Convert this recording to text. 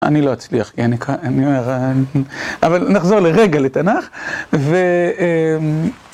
אני לא אצליח, כי אני אומר, אבל נחזור לרגע לתנ"ך.